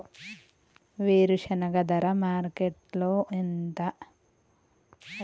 వేరుశెనగ ధర ఎంత ఉంది మార్కెట్ లో?